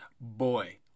Boy